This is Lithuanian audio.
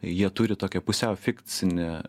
jie turi tokį pusiau fikcinį